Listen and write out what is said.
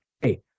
Hey